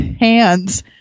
hands